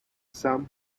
sum